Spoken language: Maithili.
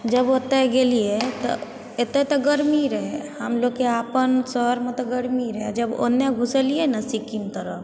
जब ओतए गेलियै तऽ एतय तऽ गर्मी रहै हमलोगके अपन शहरमे तऽ गर्मी रहै जब ओन्ने घुसलियै ने सिक्किम तरफ